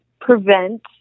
prevent